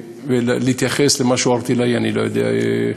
להתייחס למשהו ערטילאי אני לא יודע.